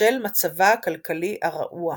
בשל מצבה הכלכלי הרעוע.